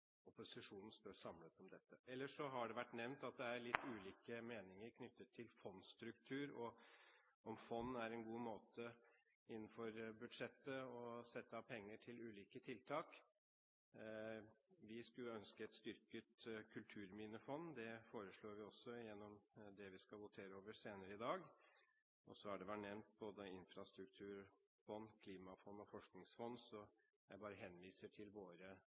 opposisjonen står samlet i dette. Ellers har det vært nevnt at det er litt ulike meninger knyttet til fondsstruktur og om fond er en god måte å sette av penger på til ulike tiltak innenfor budsjettet. Vi skulle ønske et styrket kulturminnefond, og det foreslår vi også i et forslag vi skal votere over senere i dag. Både infrastrukturfond, klimafond og forskningsfond har vært nevnt, så jeg bare henviser til våre